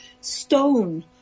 stone